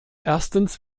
erstens